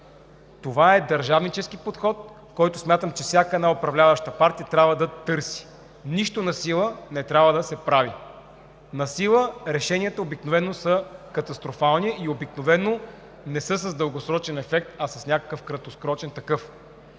Това е държавнически подход, който смятам, че всяка една управляваща партия трябва да търси. Нищо насила не трябва да се прави. Решенията насила обикновено са катастрофални и не са с дългосрочен ефект, а с някакъв краткосрочен такъв.